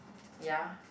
ya